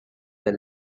the